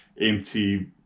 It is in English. empty